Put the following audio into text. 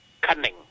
cunning